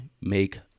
make